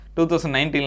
2019